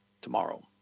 tomorrow